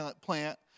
plant